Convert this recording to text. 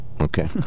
okay